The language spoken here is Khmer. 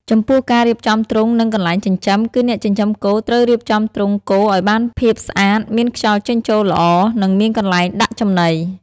ចំពោះការរៀបចំទ្រុង និងកន្លែងចិញ្ចឹម គឺអ្នកចិញ្ចឹមគោត្រូវរៀបចំទ្រុងគោឲ្យបានភាពស្អាត មានខ្យល់ចេញចូលល្អ និងមានកន្លែងដាក់ចំណី។